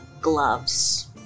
gloves